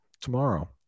tomorrow